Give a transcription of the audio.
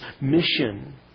mission